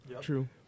True